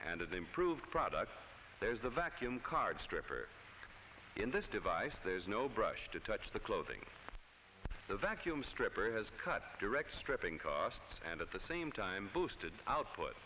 an improved product there's a vacuum card stripper in this device there's no brush to touch the clothing the vacuum stripper has cut direct stripping costs and at the same time boosted output